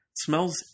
Smells